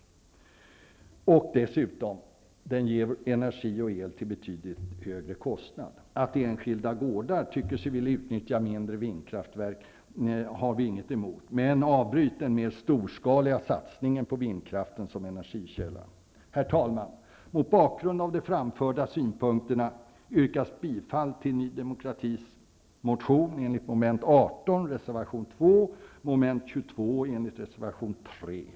Det skulle dessutom ge energi och el till betydligt högre kostnad. Att enskilda gårdar vill utnyttja mindre vindkraftverk har vi inget emot -- men avbryt den mer storskaliga satsningen på vindkraften som energikälla. Herr talman! Mot bakgrund av de framförda synpunkterna yrkar jag bifall till reservation 2 och reservation 3 i enlighet med Ny demokratis motion.